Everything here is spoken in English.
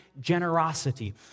generosity